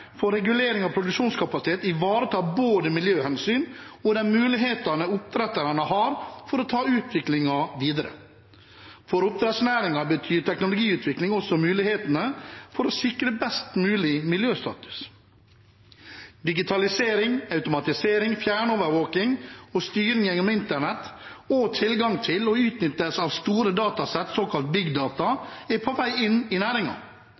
for regulering av produksjonskapasitet ivaretar både miljøhensyn og de mulighetene oppdretterne har for å ta utviklingen videre. For oppdrettsnæringen betyr teknologiutvikling også mulighetene for å sikre best mulig miljøstatus. Digitalisering, automatisering, fjernovervåking og styring gjennom internett og tilgang til å utnytte store datasett, såkalte «big data», er på vei inn i